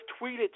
tweeted